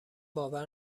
باور